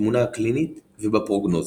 בתמונה הקלינית ובפרוגנוזה.